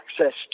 access